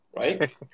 right